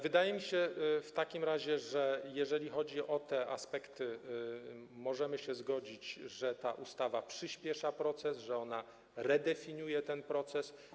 Wydaje mi się w takim razie, że jeżeli chodzi o te aspekty, możemy się zgodzić, że ta ustawa przyspiesza proces, że ona redefiniuje ten proces.